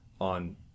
on